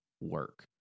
work